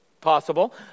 possible